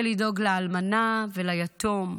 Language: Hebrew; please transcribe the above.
של לדאוג לאלמנה וליתום?